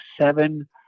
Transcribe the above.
seven